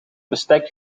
bestek